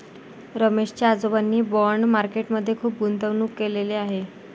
रमेश च्या आजोबांनी bond market मध्ये खुप गुंतवणूक केलेले आहे